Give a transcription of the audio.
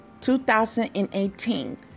2018